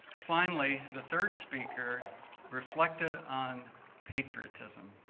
finally, the third speaker reflected on patriotism.